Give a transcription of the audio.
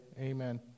amen